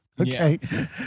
okay